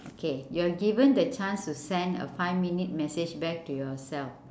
okay you're given the chance to send a five minute message back to yourself